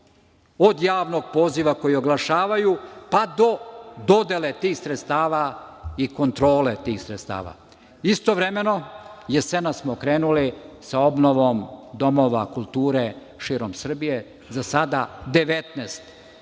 od javnog poziva koji oglašavaju pa do dodele tih sredstava i kontrole tih sredstava. Istovremeno, jesenas smo krenuli sa obnovom domova kulture širom Srbije. Za sada 19.